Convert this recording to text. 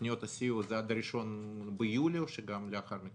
תוכניות הסיוע הן עד 1 ביולי או גם לאחר מכן?